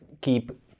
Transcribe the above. keep